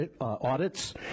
audits